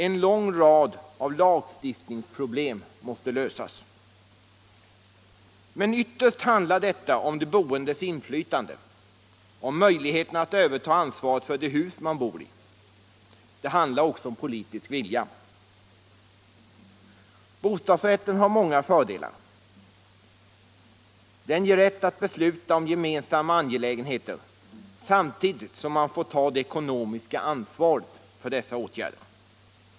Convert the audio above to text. En lång rad av lagstiftningsproblem måste lösas. Men ytterst handlar detta om de boendes inflytande, om möjligheterna att överta ansvaret för de hus de bor i. Det handlar också om politisk vilja. Bostadsrätten har många fördelar. Den ger rätt att besluta om gemensamma angelägenheter samtidigt som man får ta det ekonomiska ansvaret för dessa åtgärder.